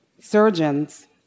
surgeons